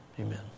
amen